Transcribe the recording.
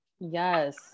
yes